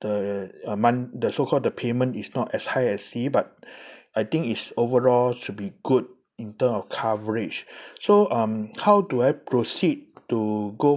the amount the so called the payment is not as high as C but I think it's overall should be good in term of coverage so um how do I proceed to go